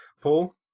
Paul